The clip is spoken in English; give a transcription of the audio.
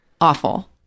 awful